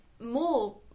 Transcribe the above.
more